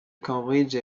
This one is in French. cambridge